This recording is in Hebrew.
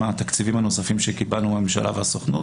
מהתקציבים הנוספים שקיבלנו מהממשלה והסוכנות,